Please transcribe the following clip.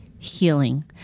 Healing